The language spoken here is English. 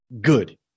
good